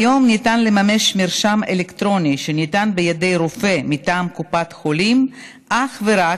כיום ניתן לממש מרשם אלקטרוני שניתן בידי רופא מטעם קופת חולים אך ורק